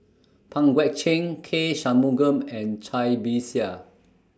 Pang Guek Cheng K Shanmugam and Cai Bixia